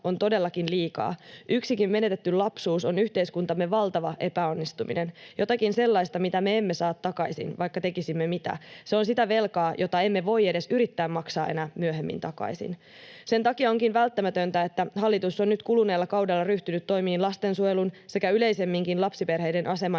on todellakin liikaa. Yksikin menetetty lapsuus on yhteiskuntamme valtava epäonnistuminen, jotakin sellaista, mitä me emme saa takaisin, vaikka tekisimme mitä. Se on sitä velkaa, jota emme voi edes yrittää maksaa enää myöhemmin takaisin. Sen takia onkin välttämätöntä, että hallitus on nyt kuluneella kaudella ryhtynyt toimiin lastensuojelun sekä yleisemminkin lapsiperheiden aseman